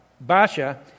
Basha